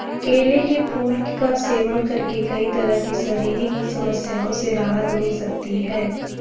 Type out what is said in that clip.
केले के फूल का सेवन करके कई तरह की शारीरिक समस्याओं से राहत मिल सकती है